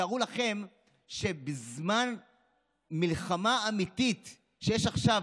תארו לכם שבזמן מלחמה אמיתית שיש עכשיו